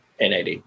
NAD